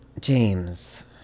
James